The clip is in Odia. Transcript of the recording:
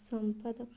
ସମ୍ପାଦକ